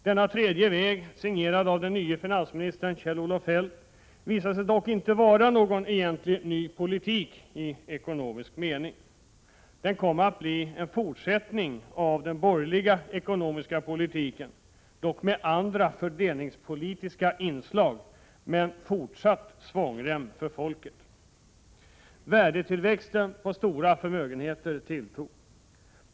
Denna tredje väg, signerad av den nye finansministern Kjell-Olof Feldt, visade sig dock inte vara någon egentligen ny politik i ekonomiskt avseende. Den kom att bli en fortsättning av den borgerliga ekonomiska politiken, dock med andra fördelningspolitiska inslag, men med fortsatt svångrem för folket. Värdetillväxten på stora förmögenheter tilltog.